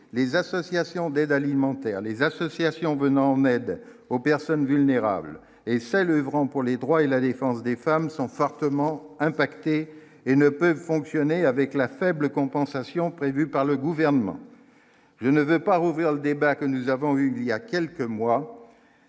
les associations d'aide alimentaire, les associations venant en aide aux personnes vulnérables et celles oeuvrant pour les droits et la défense des femmes sont fortement impacté et ne peuvent fonctionner avec la faible compensation prévue par le gouvernement, je ne vais pas rouvrir le débat que nous avons, il y a quelques mois